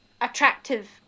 attractive